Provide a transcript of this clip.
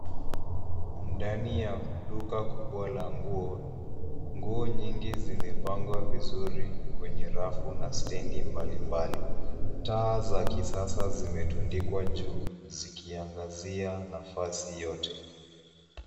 Ndani ya duka kubwa la nguo, nguo nyingi zimepangwa vizuri kwenye rafu na stendi mbalimbali. Taa za kisasa zimetundikwa juu zikiangazia nafasi yote.